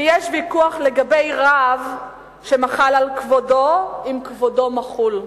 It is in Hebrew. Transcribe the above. שיש ויכוח לגבי רב שמחל על כבודו, אם כבודו מחול.